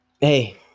hey